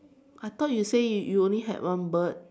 I thought you say you only had one bird